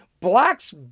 Blacks